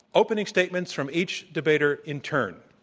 opening statements from each debater in turn,